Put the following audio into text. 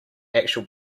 actual